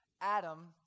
Adam